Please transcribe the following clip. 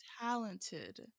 talented